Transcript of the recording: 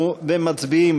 אין נמנעים.